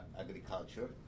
agriculture